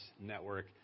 network